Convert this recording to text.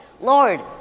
Lord